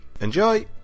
Enjoy